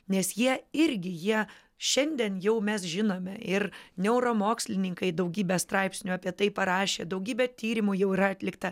nes jie irgi jie šiandien jau mes žinome ir neuromokslininkai daugybę straipsnių apie tai parašė daugybė tyrimų jau yra atlikta